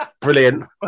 Brilliant